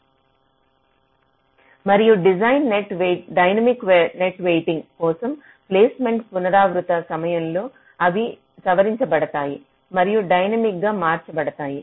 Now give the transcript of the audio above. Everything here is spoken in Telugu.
Refer Slide Time 1454 మరియు డైనమిక్ నెట్ వెయిటింగ్ కోసం ప్లేస్మెంట్ పునరావృత సమయంలో అవి సవరించబడతాయి మరియు డైనమిక్గా మార్చబడతాయి